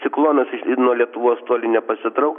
ciklonas nuo lietuvos toli nepasitrauks